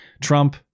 Trump